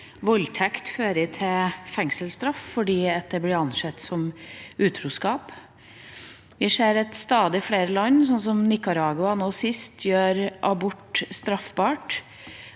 voldtekt fører til fengselsstraff fordi det blir ansett som utroskap. Vi ser at stadig flere land, som Nicaragua nå sist, gjør abort straffbart,